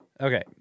Okay